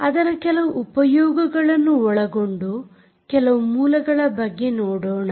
ಅದರ ಕೆಲವು ಉಪಯೋಗಗಳನ್ನು ಒಳಗೊಂಡು ಕೆಲವು ಮೂಲಗಳ ಬಗ್ಗೆ ನೋಡೋಣ